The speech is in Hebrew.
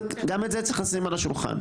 וגם את זה צריך לשים על השולחן.